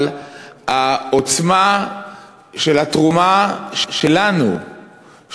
אבל העוצמה של התרומה שלנו,